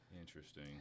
Interesting